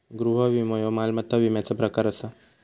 गृह विमो ह्यो मालमत्ता विम्याचा प्रकार आसा